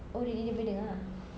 oh really dia boleh dengar